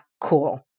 cool